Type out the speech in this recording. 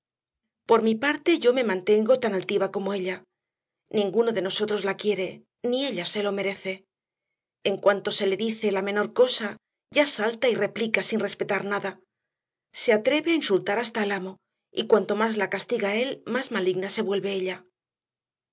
por mi parte yo me mantengo tan altiva como ella ninguno de nosotros la quiere ni ella se lo merece en cuanto se le dice la menor cosa ya salta y replica sin respetar nada se atreve a insultar hasta al amo y cuanto más la castiga él más maligna se vuelve ella